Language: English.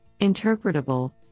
interpretable